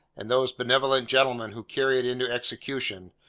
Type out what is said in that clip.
and those benevolent gentlemen who carry it into execution,